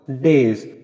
days